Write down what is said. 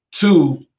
Two